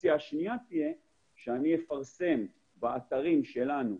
האופציה השנייה תהיה שאני אפרסם באתרים שלנו,